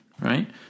right